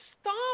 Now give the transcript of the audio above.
stop